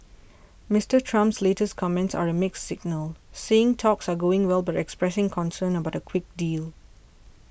Mister Trump's latest comments are a mixed signal saying talks are going well but expressing concern about a quick deal